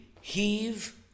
heave